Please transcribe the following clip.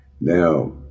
now